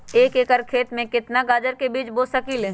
एक एकर खेत में केतना गाजर के बीज बो सकीं ले?